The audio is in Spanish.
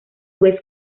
vez